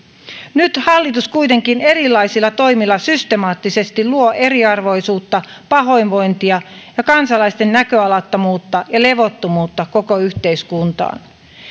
nyt hallitus kuitenkin erilaisilla toimilla systemaattisesti luo eriarvoisuutta pahoinvointia ja kansalaisten näköalattomuutta ja levottomuutta koko yhteiskuntaan